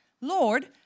Lord